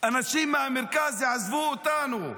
אנשים מהמרכז יעזבו אותנו,